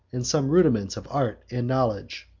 and some rudiments of art and knowledge.